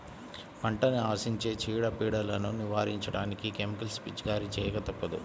పంటని ఆశించే చీడ, పీడలను నివారించడానికి కెమికల్స్ పిచికారీ చేయక తప్పదు